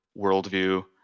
worldview